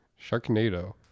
Sharknado